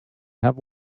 have